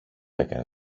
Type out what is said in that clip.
έκανε